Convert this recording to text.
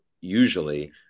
usually